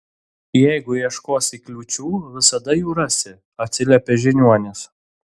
jeigu ieškosi kliūčių visada jų rasi atsiliepė žiniuonis